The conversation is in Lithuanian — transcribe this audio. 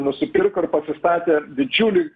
nusipirko ir pasistatė didžiulį